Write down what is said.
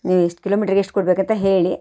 ನೀವು ಎಷ್ಟು ಕಿಲೋಮೀಟ್ರಿಗೆ ಎಷ್ಟು ಕೊಡಬೇಕಂತ ಹೇಳಿ